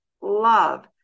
love